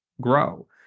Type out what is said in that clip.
grow